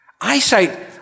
Eyesight